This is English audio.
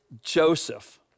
Joseph